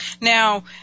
Now